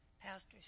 Pastor